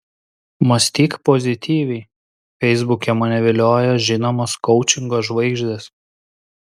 mąstyk pozityviai feisbuke mane vilioja žinomos koučingo žvaigždės